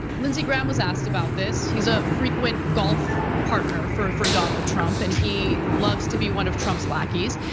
lindsey graham was asked about this. he's a frequent golf partner for for donald trump and he loves to be one of trump's lackeys.